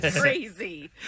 Crazy